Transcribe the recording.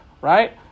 right